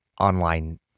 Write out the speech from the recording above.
online